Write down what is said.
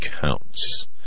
counts